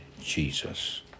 Jesus